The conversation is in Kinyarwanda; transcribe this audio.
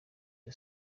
iyo